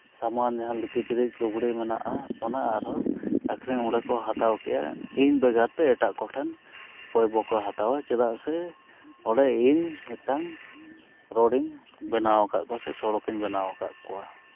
ᱥᱟᱢᱟᱱ ᱡᱟᱦᱟᱸᱞᱮᱠᱟ ᱠᱤᱪᱨᱤᱡ ᱞᱩᱜᱽᱲᱤᱡ ᱢᱮᱱᱟᱜᱼᱟ ᱚᱱᱟ ᱟᱨᱦᱚᱸ ᱟᱹᱠᱷᱨᱤᱧ ᱚᱸᱰᱮ ᱠᱚ ᱦᱟᱛᱟᱣ ᱠᱮᱫᱼᱟ ᱤᱧ ᱵᱮᱜᱚᱨ ᱛᱮ ᱮᱴᱟᱜ ᱠᱚ ᱴᱷᱮᱱ ᱚᱠᱚᱭ ᱵᱟᱠᱚ ᱦᱟᱛᱟᱣᱟ ᱪᱮᱫᱟᱜ ᱥᱮ ᱚᱸᱰᱮ ᱤᱧ ᱢᱤᱫᱴᱟᱝ ᱨᱳᱰᱤᱧ ᱵᱮᱱᱟᱣᱟᱠᱟᱫ ᱠᱚᱣᱟ ᱥᱮ ᱥᱚᱲᱚᱠᱤᱧ ᱵᱮᱱᱟᱣᱟᱠᱟᱫ ᱠᱚᱣᱟ